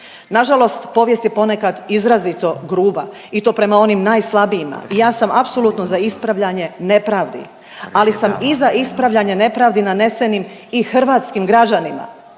Nažalost povijest je ponekad izrazito gruba i to prema onim najslabijima i ja sam apsolutno za ispravljanje nepravdi, ali sam i za ispravljanje nepravdi nanesenim i hrvatskim građanima,